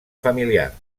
familiar